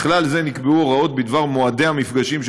בכלל זה נקבעו הוראות בדבר מועדי המפגשים של